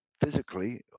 Physically